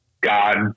God